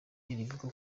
rivuga